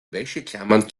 wäscheklammern